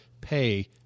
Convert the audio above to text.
pay